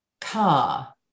car